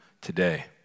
today